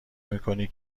میکنی